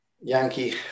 Yankee